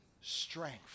strength